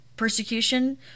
persecution